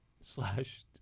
slash